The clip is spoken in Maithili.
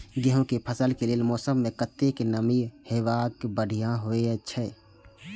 गेंहू के फसल के लेल मौसम में कतेक नमी हैब बढ़िया होए छै?